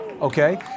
Okay